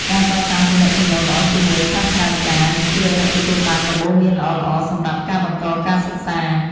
ការកសាងទំនាក់ទំនងល្អជាមួយសាស្ត្រាចារ្យនឹងជួយឱ្យអ្នកទទួលបានដំបូន្មានល្អៗសម្រាប់ការបន្តការសិក្សា។